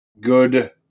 good